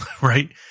Right